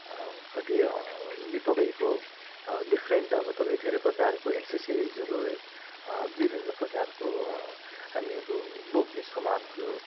पट्टि यो तपाईँको डिफ्रेन्ट अब धेरै प्रकारको एक्सेसोरिजहरू है विभिन्न प्रकारको हामीहरू बोक्ने सामानहरू